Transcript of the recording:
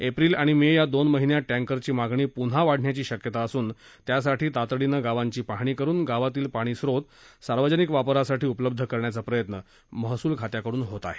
April आणि May या दोन महिन्यात टँकरची मागणी पुन्हा वाढण्याची शक्यता असून त्यासाठी तातडीनं गावांची पाहणी करून गावातील पाणीस्त्रोत सार्वजनिक वापरासाठी उपलब्ध करण्याचा प्रयत्न महसूल खात्याकडून होत आहे